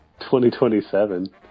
2027